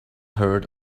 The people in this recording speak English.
heard